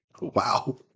Wow